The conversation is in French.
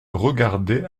regardait